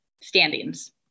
standings